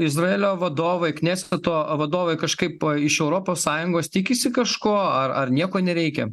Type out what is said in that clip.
izraelio vadovai kneseto vadovai kažkaip iš europos sąjungos tikisi kažko ar ar nieko nereikia